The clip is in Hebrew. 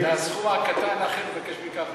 את הסכום הקטן, האחר, תבקש מכחלון.